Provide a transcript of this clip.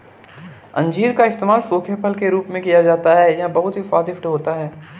अंजीर का इस्तेमाल सूखे फल के रूप में किया जाता है यह बहुत ही स्वादिष्ट होता है